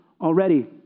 already